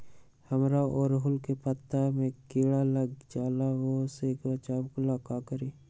हमरा ओरहुल के पत्ता में किरा लग जाला वो से बचाबे ला का करी?